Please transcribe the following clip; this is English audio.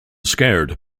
scared